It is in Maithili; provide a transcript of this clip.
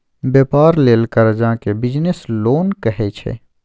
बेपार लेल करजा केँ बिजनेस लोन कहै छै